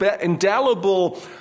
indelible